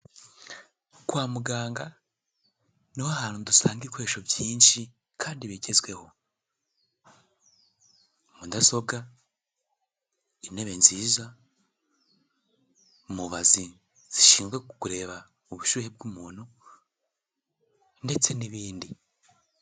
Kwa muganga niho hantu dusanga ibikoresho byinshi kandi bigezweho. Mudasobwa, intebe nziza, mubazi zishinzwe kureba ubushyuhe bw'umuntu ndetse n'ibindi.